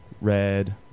red